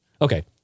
Okay